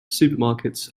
supermarkets